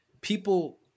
people